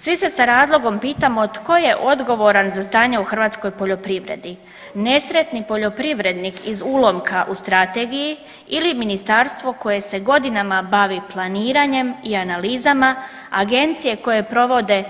Svi se sa razlogom pitamo tko je odgovoran za stanje u hrvatskoj poljoprivredi, nesretni poljoprivrednik iz ulomka u strategiji ili ministarstvo koje se godinama bavi planiranjem i analizama, agencije koje provode